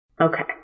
Okay